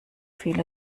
fiel